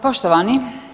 Poštovani.